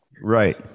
right